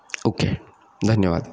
okay धन्यवाद